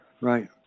Right